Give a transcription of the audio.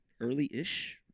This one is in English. early-ish